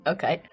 Okay